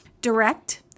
direct